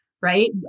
right